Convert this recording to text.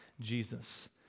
Jesus